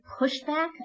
pushback